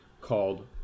called